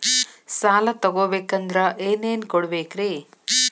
ಸಾಲ ತೊಗೋಬೇಕಂದ್ರ ಏನೇನ್ ಕೊಡಬೇಕ್ರಿ?